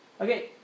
Okay